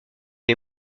les